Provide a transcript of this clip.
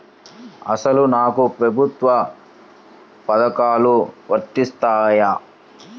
అసలు నాకు ప్రభుత్వ పథకాలు వర్తిస్తాయా?